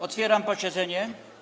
Otwieram posiedzenie.